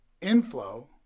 inflow